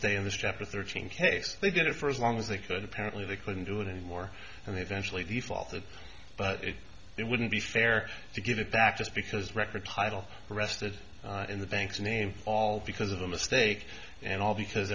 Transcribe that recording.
stay in this chapter thirteen case they did it for as long as they could apparently they couldn't do it anymore and they eventually default that but it wouldn't be fair to give it back just because record title arrested in the bank's name all because of a mistake and all because